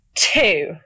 Two